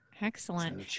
Excellent